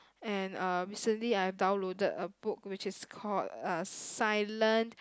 and uh recently I have downloaded a book which is called uh silent